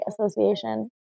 association